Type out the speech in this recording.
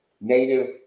native